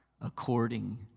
according